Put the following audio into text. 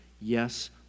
Yes